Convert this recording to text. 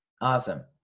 Awesome